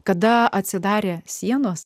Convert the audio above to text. kada atsidarė sienos